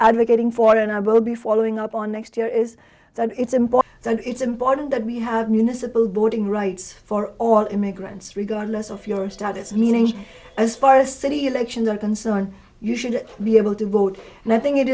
advocating for and i will be following up on next year is that it's important so it's important that we have municipal boarding rights for all immigrants regardless of your status meaning as far as city elections are concerned you should be able to vote and i think it